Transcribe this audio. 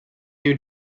new